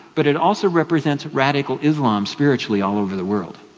but it also represents radical islam spiritually, all over the world.